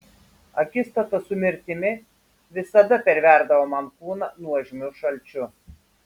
akistata su mirtimi visada perverdavo man kūną nuožmiu šalčiu